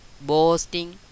boasting